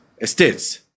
estates